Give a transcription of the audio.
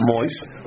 Moist